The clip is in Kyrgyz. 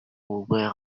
болбой